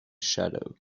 shadow